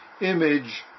image